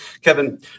Kevin